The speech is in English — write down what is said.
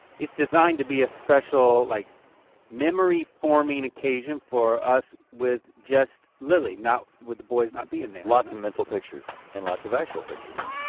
it's designed to be a special like memory forming occasion for us with just lily, with the boys not being there. lots of mental pictures. and lots of actual pictures.